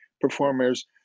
performers